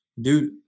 Dude